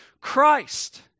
Christ